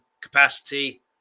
capacity